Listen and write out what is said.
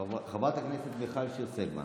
חברת הכנסת מיכל שיר סגמן,